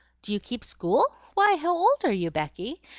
do you keep school? why, how old are you, becky?